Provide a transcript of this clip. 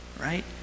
right